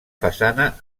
façana